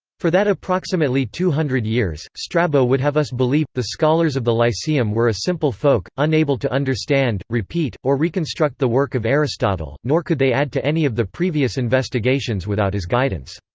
for that approximately two hundred years, strabo would have us believe, the scholars of the lyceum were a simple folk, unable to understand, repeat, or reconstruct the work of aristotle, nor could they add to any of the previous investigations without his guidance.